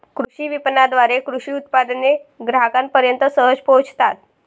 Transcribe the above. कृषी विपणनाद्वारे कृषी उत्पादने ग्राहकांपर्यंत सहज पोहोचतात